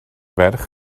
ferch